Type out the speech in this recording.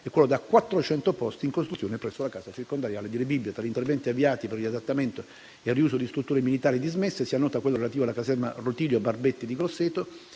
e quello da 400 posti in costruzione presso la casa circondariale di «Roma Rebibbia». Tra gli interventi avviati per il riadattamento e il riuso di strutture militari dismesse, si annota quello relativo alla caserma Rotilio Barbetti di Grosseto,